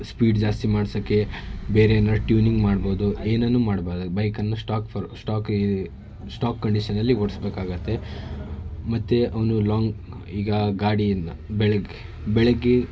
speed ಜಾಸ್ತಿ ಮಾಡ್ಸೋಕ್ಕೆ ಬೇರೆ ಏನಾದ್ರು ಟ್ಯೂನಿಂಗ್ ಮಾಡ್ಬೋದು ಏನನ್ನು ಮಾಡ್ಬಾರ್ದು ಬೈಕನ್ನು ಸ್ಟಾಕ್ ಫ್ ಸ್ಟಾಕಿಗೆ ಸ್ಟಾಕ್ ಕಂಡೀಷನಲ್ಲಿ ಓಡಿಸಬೇಕಾಗುತ್ತೆ ಮತ್ತೆ ಅವನು ಲಾಂಗ್ ಈಗ ಗಾಡಿ ಇದನ್ನ ಬೆಳಗ್ಗೆ ಬೆಳಗ್ಗೆ